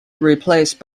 replaced